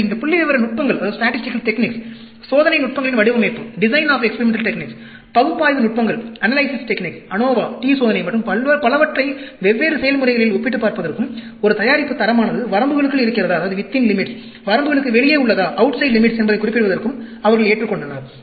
எனவே இந்த புள்ளிவிவர நுட்பங்கள் சோதனை நுட்பங்களின் வடிவமைப்பு பகுப்பாய்வு நுட்பங்கள் ANOVA t சோதனை மற்றும் பலவற்றை வெவ்வேறு செயல்முறைகளில் ஒப்பிட்டுப் பார்ப்பதற்கும் ஒரு தயாரிப்புத் தரமானது வரம்புகளுக்குள் இருக்கிறதா வரம்புகளுக்கு வெளியே உள்ளதா என்பதைக் குறிப்பிடுவதற்கும் அவர்கள் ஏற்றுக்கொண்டனர்